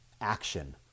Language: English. action